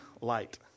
light